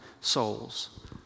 souls